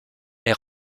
est